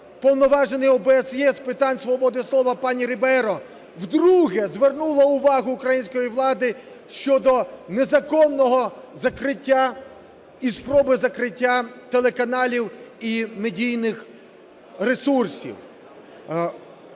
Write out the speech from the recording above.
Уповноважений ОБСЄ з питань свободи слова пані Рібейро вдруге звернула увагу української влади щодо незаконного закриття і спроби закриття телеканалів і медійних ресурсів.